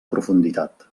profunditat